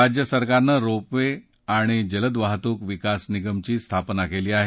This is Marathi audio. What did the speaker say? राज्यसरकारनं रोप वे आणि जलद वाहतूक विकास निगम ची स्थापना केली आहे